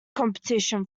competition